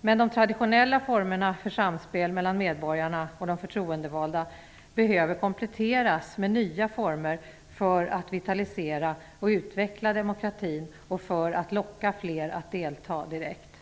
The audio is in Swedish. Men de traditionella formerna för samspel mellan medborgarna och de förtroendevalda behöver kompletteras med nya former för att vitalisera och utveckla demokratin och för att locka fler att delta direkt.